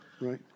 right